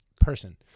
person